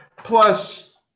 plus